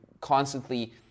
constantly